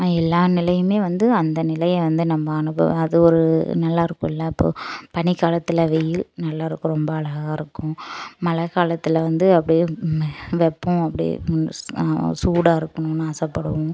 எல்லா நிலையுமே வந்து அந்த நிலையை வந்து நம்ம அனுபவ அது ஒரு நல்லாருக்கும்ல்ல அப்போது பனிக் காலத்தில் வெயில் நல்லாருக்கும் ரொம்ப அழகாருக்கும் மழை காலத்தில் வந்து அப்டி வெப்பம் அப்டி சூடாக இருக்கணும்னு ஆசைப்படுவோம்